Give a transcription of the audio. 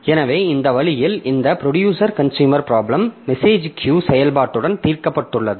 எனவே இந்த வழியில் இந்த producer consumer problem message queue செயல்பாட்டுடன் தீர்க்கப்பட்டுள்ளது